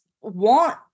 want